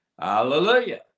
Hallelujah